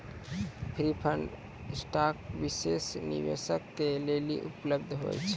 preferred stock विशेष निवेशक के लेली उपलब्ध होय छै